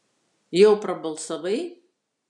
jau prabalsavai